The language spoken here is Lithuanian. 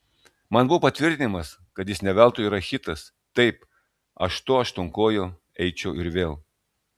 man buvo patvirtinimas kad jis ne veltui yra hitas taip aš to aštuonkojo eičiau ir vėl